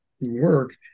work